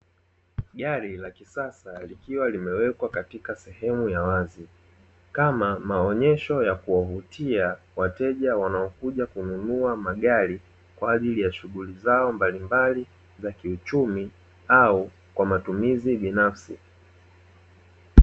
Gari la kisasa likiwa limewekwa katika sehemu ya wazi, kama maonyesho ya kuwavutia wateja wanaokuja kununua magari, kwaajili ya shughuli zao mbalimbali za kiuchumi, au kwa matumizi binafsi.